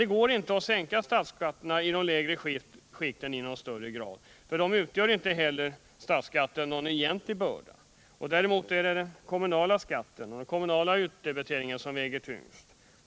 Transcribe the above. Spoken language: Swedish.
Det går inte att i någon högre grad sänka statsskatten i de lägre skikten —- för dessa utgör inte heller statsskatten någon egentlig börda; den kommunala utdebiteringen väger tyngst.